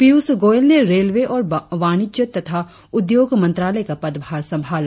पीयूष गोयल ने रेलवे और वाणिज्य तथा उद्योग मंत्रालय का पदभार संभाला